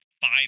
five